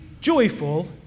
joyful